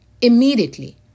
immediately